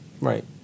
Right